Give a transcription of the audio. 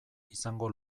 izango